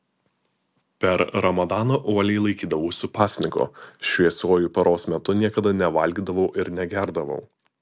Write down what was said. per ramadaną uoliai laikydavausi pasninko šviesiuoju paros metu niekada nevalgydavau ir negerdavau